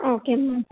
okay ma'am